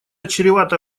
чревато